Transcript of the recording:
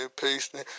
pasting